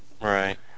Right